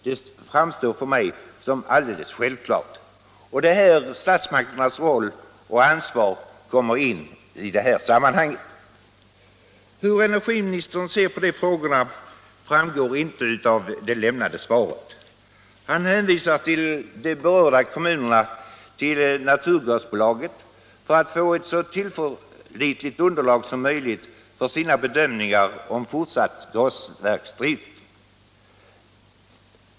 Det är här som statsmakternas roll och ansvar kommer in i bilden. Hur energiministern ser på dessa frågor framgår inte av svaret. Han hänvisar de berörda kommunerna till naturgasbolaget för att få ett så tillförlitligt underlag som möjligt för sina bedömningar när det gäller fortsatt gasverksdrift.